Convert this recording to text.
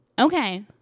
Okay